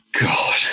God